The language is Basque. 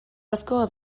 asko